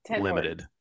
limited